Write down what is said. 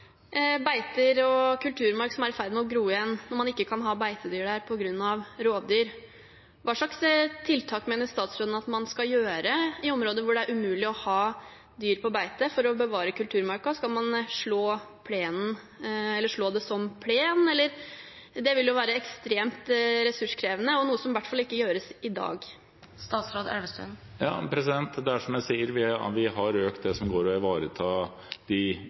beiter og kulturmark som er i ferd med å gro igjen, når man ikke kan ha beitedyr der på grunn av rovdyr. Hva slags tiltak mener statsråden at man skal iverksette i områder hvor det er umulig å ha dyr på beite, for å bevare kulturmarka? Skal man slå det som plen? Det vil jo være ekstremt ressurskrevende og er noe som i hvert fall ikke gjøres i dag. Det er som jeg sier: Vi har økt det som går på å ivareta de